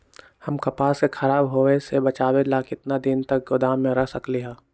हम कपास के खराब होए से बचाबे ला कितना दिन तक गोदाम में रख सकली ह?